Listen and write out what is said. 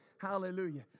Hallelujah